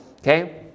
okay